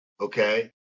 okay